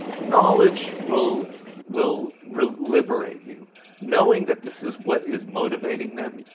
knowledge will will will liberate you knowing that this is what is motivating them.